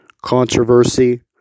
controversy